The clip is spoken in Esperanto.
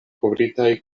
kovritaj